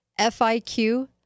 FIQ